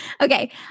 Okay